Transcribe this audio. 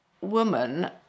woman